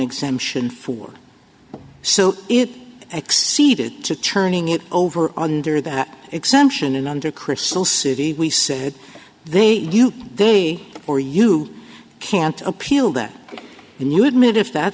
exemption for so it exceeded to turning it over under that exemption and under crystal city we said they they or you can't appeal that and you admit if that